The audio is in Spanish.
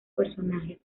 personajes